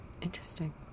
Interesting